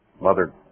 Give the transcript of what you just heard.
Mother